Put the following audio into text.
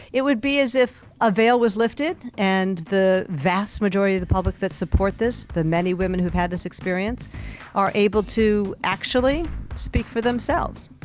it would be as if a veil was lifted and the vast majority of the public that support this, the many women who've had this experience are able to actually speak for themselves.